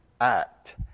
act